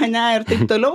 ane ir toliau